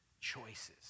choices